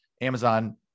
Amazon